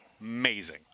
Amazing